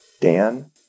Dan